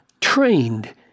trained